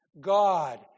God